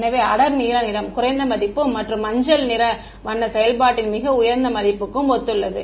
எனவே அடர் நீல நிறம் குறைந்த மதிப்பும் மற்றும் மஞ்சள் நிறம் வண்ணச் செயல்பாட்டின் மிக உயர்ந்த மதிப்புக்கு ஒத்துள்ளது